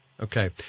Okay